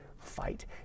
fight